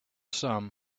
some